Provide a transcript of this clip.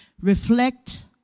reflect